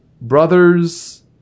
Brothers